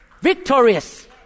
victorious